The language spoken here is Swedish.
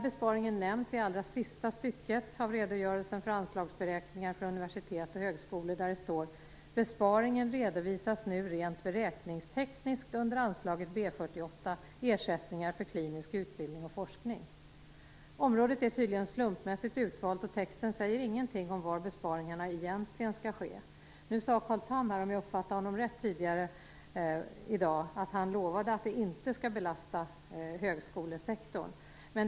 Besparingen nämns i det allra sista stycket under Anslagsberäkningar för universitet och högskolor, där det står: "Denna besparing redovisas nu rent beräkningstekniskt under anslaget B 48. Ersättningar för klinisk utbildning och forskning." Området är tydligen slumpmässigt utvalt, och i texten sägs ingenting om var besparingarna egentligen skall ske. Nu sade Carl Tham tidigare i dag, om jag uppfattade det rätt, att han lovade att det inte skulle belasta högskolesektorn.